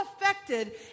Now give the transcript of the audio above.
affected